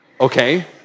Okay